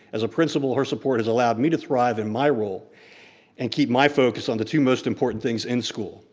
as a principal, her support has allowed me to thrive in my role and keep my focus on the two most important things in school,